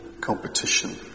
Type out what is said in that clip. competition